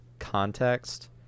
context